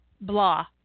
blah